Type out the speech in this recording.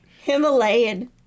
Himalayan